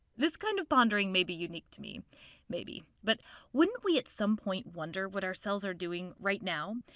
this kind of pondering may be unique to me maybe but wouldn't we at some point wonder what are cells are doing right now?